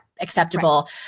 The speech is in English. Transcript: acceptable